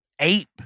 ape